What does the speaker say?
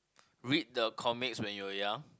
read the comics when you were young